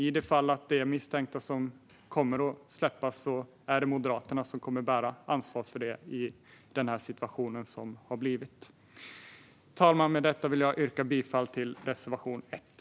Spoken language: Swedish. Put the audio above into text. I det fall misstänkta kommer att släppas bär Moderaterna ansvaret för det på grund av den situation som har uppstått. Herr talman! Jag yrkar härmed bifall till reservation 1.